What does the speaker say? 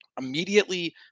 Immediately